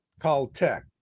Caltech